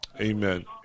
Amen